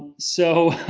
so.